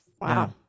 Wow